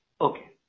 Okay